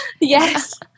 Yes